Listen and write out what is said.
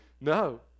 No